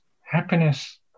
happiness